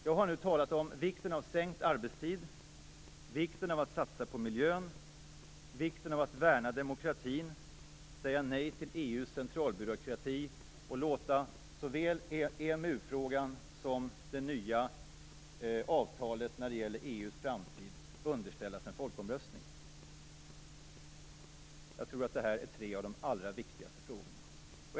Jag har nu talat om vikten av sänkt arbetstid, vikten av att satsa på miljön, vikten av att värna demokratin och säga nej till EU:s centralbyråkrati och att låta såväl EMU-frågan som det nya avtalet när det gäller EU:s framtid underställas en folkomröstning. Jag tror att det här är tre av de allra viktigaste frågorna.